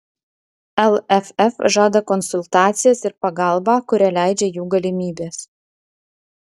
lff žada konsultacijas ir pagalbą kurią leidžia jų galimybės